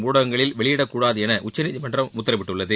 ஊடகங்களில் வெளியிடக்கூடாது என உச்சநீதிமன்றம் உத்தரவிட்டுள்ளது